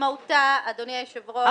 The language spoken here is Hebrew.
אדוני היושב-ראש,